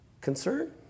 Concern